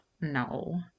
No